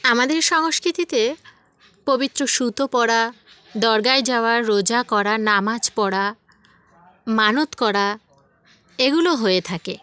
আমাদের সংস্কৃতিতে পবিত্র সুতো পরা দরগায় যাওয়া রোজা করা নামাজ পড়া মানত করা এগুলো হয়ে থাকে